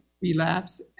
relapse